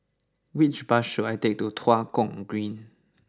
which bus should I take to Tua Kong Green